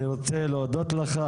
אני רוצה להודות לך.